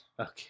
Okay